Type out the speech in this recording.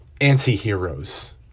anti-heroes